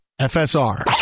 FSR